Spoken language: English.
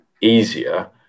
easier